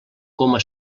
coma